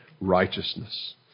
righteousness